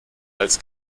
als